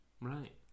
Right